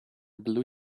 blue